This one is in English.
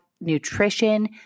nutrition